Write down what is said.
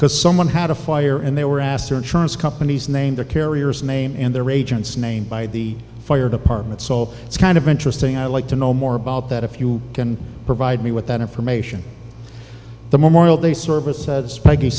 because someone had a fire and they were asked their insurance company's name their carriers name and their agent's name by the fire department so it's kind of interesting i'd like to know more about that if you can provide me with that information the memorial day service